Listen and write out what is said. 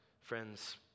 Friends